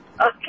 Okay